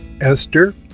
Esther